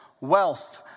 Wealth